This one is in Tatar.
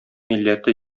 милләте